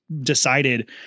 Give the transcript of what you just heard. decided